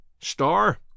Star